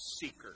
seeker